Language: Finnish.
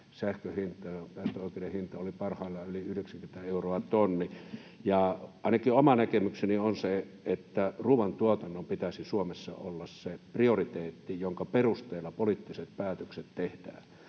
sähkön hintaan. Päästöoikeuden hinta oli parhaillaan yli 90 euroa tonni. Ainakin oma näkemykseni on se, että ruoantuotannon pitäisi Suomessa olla prioriteetti, jonka perusteella poliittiset päätökset tehdään.